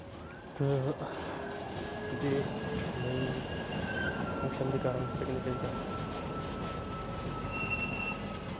تہٕ بیٚیہِ ٲسۍ مٔنٛزۍ مٔنٛزۍ ٲسۍ فنٛگشن تہِ کران پِکنِک ٲسۍ گژھان تہٕ